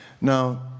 Now